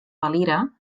valira